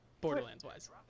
Borderlands-wise